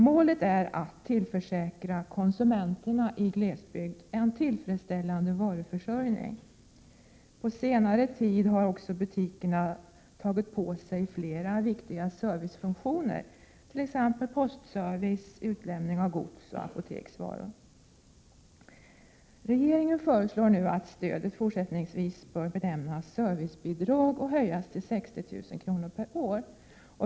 Målet är ju att tillförsäkra konsumenterna i glesbygd en tillfredsställande varuförsörjning. På senare tid har butikerna dessutom tagit på sig flera viktiga servicefunktioner, t.ex. postservice och utlämning av gods och apoteksvaror. Regeringen föreslår nu att stödet fortsättningsvis bör benämnas servicebidrag och höjas till 60 000 kr. per år.